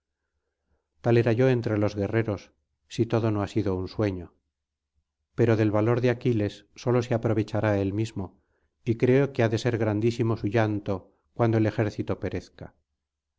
era yo entre los guerreros si todo no ha sido un sueño pero del valor de aquiles sólo se aprovechará él mismo y creo que ha de ser grandísimo su llanto cuando el ejército perezca